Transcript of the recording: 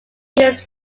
used